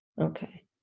Okay